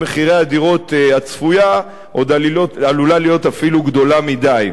במחירי הדירות עוד עלולה להיות אפילו גדולה מדי,